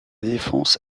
défense